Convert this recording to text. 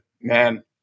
man